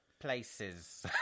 places